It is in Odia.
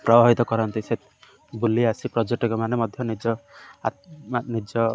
ପ୍ରଭାବିତ କରନ୍ତି ସେ ବୁଲି ଆସି ପର୍ଯ୍ୟଟକମାନେ ମଧ୍ୟ ନିଜ ନିଜ